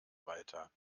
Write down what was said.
weiter